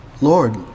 Lord